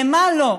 למה לא?